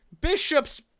Bishop's